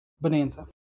bonanza